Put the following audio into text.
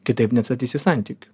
kitaip neatstatysi santykių